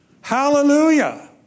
Hallelujah